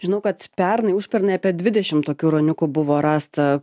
žinau kad pernai užpernai apie dvidešim tokių ruoniukų buvo rasta